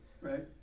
Right